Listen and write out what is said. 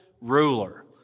ruler